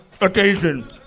occasion